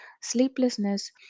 sleeplessness